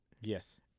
Yes